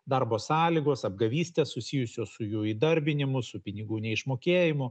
darbo sąlygos apgavystės susijusios su jų įdarbinimu su pinigų neišmokėjimu